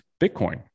Bitcoin